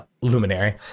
luminary